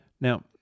Now